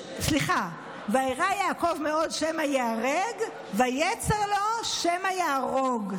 סליחה: ויירא יעקב מאוד שמא ייהרג ויצר לו שמא יהרוג.